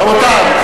רבותי,